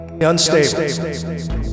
unstable